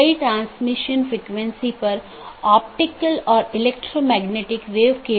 तो इसका मतलब यह है कि यह प्रतिक्रिया नहीं दे रहा है या कुछ अन्य त्रुटि स्थिति उत्पन्न हो रही है